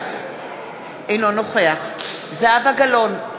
אינו נוכח באסל גטאס, אינו נוכח זהבה גלאון,